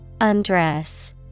Undress